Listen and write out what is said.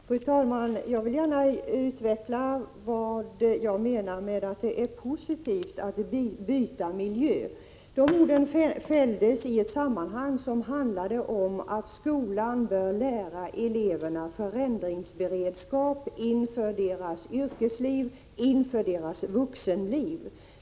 Fru talman! Jag vill gärna utveckla vad jag menar med att det är positivt att byta miljö. Dessa ord fälldes i ett sammanhang, som handlade om att skolan bör lära eleverna förändringsberedskap inför deras yrkesliv och inför deras vuxenliv.